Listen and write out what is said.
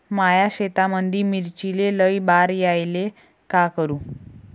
माया शेतामंदी मिर्चीले लई बार यायले का करू?